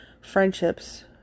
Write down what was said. friendships